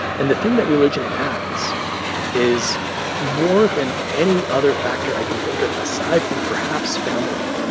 and the thing that religion adds is more than any other factor i can think of aside from perhaps family.